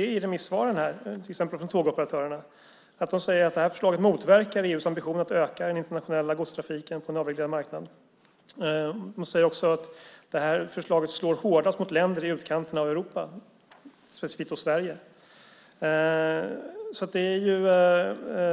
I remissvaren från till exempel Tågoperatörerna kan man tydligt se att de säger att det här förslaget motverkar EU:s ambition att öka den internationella godstrafiken på en avreglerad marknad. De säger också att det här förslaget slår hårdast mot länder i utkanten av Europa, specifikt Sverige.